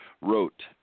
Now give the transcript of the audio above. wrote